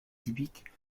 typique